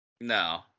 No